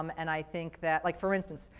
um and i think that, like for instance,